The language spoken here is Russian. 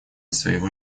своего